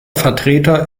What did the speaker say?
vertreter